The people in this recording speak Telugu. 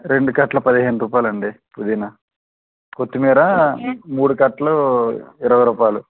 రెండు కట్టలు పదిహేను రూపాయలు అండి పుదీన కొత్తిమీర మూడు కట్టలు ఇరవై రూపాయలు